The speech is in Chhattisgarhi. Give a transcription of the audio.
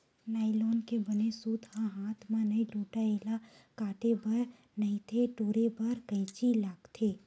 नाइलोन के बने सूत ह हाथ म नइ टूटय, एला काटे बर नइते टोरे बर कइची लागथे